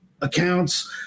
accounts